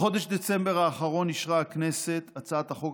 בחודש דצמבר האחרון אישרה הכנסת הצעת חוק